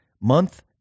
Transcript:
month